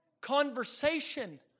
Conversation